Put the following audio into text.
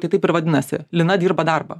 tai taip ir vadinasi lina dirba darbą